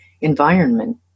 environment